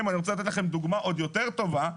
אני רוצה לתת לכם דוגמה עוד יותר טובה.